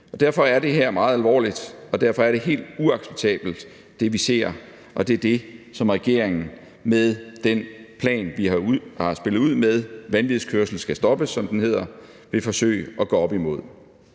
Derfor er det her meget alvorligt. Det, vi ser, er helt uacceptabelt, og det er det, som regeringen med den plan, vi har spillet ud med – »Vanvidskørsel skal stoppes«, som den hedder – vil forsøge at gå op imod.